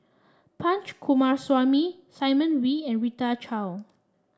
Punch Coomaraswamy Simon Wee and Rita Chao